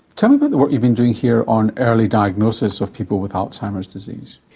tell me about the work you've been doing here on early diagnosis of people with alzheimer's disease?